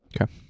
Okay